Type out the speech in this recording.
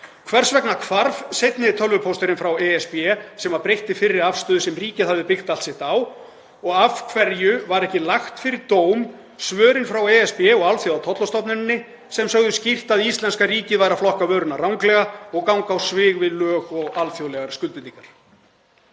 Hvers vegna hvarf seinni tölvupósturinn frá ESB sem breytti fyrri afstöðu sem ríkið hafði byggt allt sitt á? Og af hverju voru ekki lögð fyrir dóm svörin frá ESB og Alþjóðatollastofnuninni sem sögðu skýrt að íslenska ríkið væri að flokka vöruna ranglega og ganga á svig við lög og alþjóðlegar skuldbindingar?